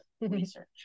research